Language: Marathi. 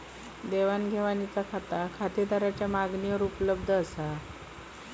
देवाण घेवाणीचा खाता खातेदाराच्या मागणीवर उपलब्ध असा